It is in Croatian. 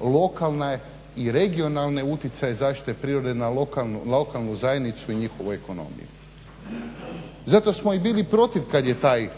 lokalne i regionalne utjecaje zaštite prirode na lokalnu zajednicu i njihovu ekonomiju. Zato smo i bili protiv kad je taj